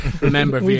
remember